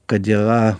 kad yra